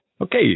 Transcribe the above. Okay